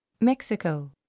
Mexico